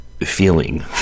feeling